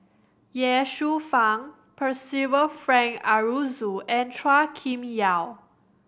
Ye Shufang Percival Frank Aroozoo and Chua Kim Yeow